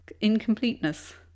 incompleteness